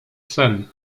sen